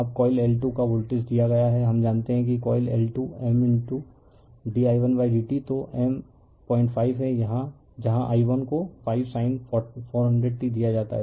अब coil L2 का voltage दिया गया है हम जानते हैं कि coil L2 M d i1 d t तो M 05 है जहां i1 को 5 sin 400 t दिया जाता है